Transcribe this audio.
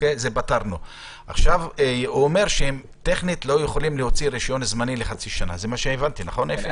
זה הפטנט הכי טוב שקיים.